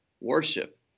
worship